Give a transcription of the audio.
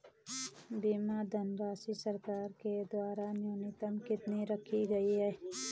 बीमा धनराशि सरकार के द्वारा न्यूनतम कितनी रखी गई है?